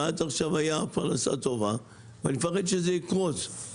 ועד עכשיו הייתה פרנסה טובה ואני מפחד שזה יקרוס.